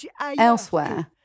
elsewhere